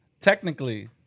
Technically